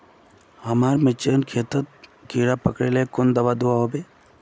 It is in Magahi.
हमार मिर्चन खेतोत कीड़ा पकरिले कुन दाबा दुआहोबे?